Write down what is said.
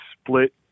split